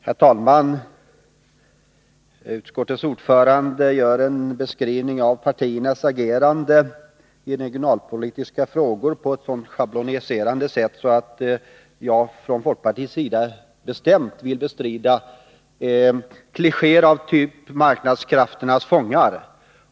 Herr talman! Utskottets ordförande beskriver partiernas agerande i regionalpolitiska frågor på ett schabloniserande sätt Jag vill från folkpartiets sida bestämt bestrida klichéer av typen ”marknadskrafternas fångar”.